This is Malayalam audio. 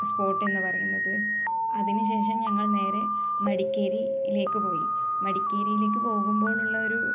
സ്പോട്ട് എന്ന് പറയുന്നത് അതിനുശേഷം ഞങ്ങൾ നേരെ മടിക്കേരിയിലേക്ക് പോയി മടിക്കേരിയിലേക്ക് പോകുമ്പോളുള്ള ഒരു